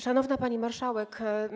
Szanowna Pani Marszałek!